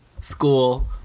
school